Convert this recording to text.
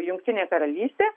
jungtinė karalystė